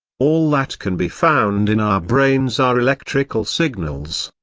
all that can be found in our brains are electrical signals.